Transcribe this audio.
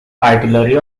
artillery